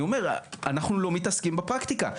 אנחנו לא מתעסקים בפרקטיקה.